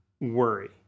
worry